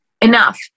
enough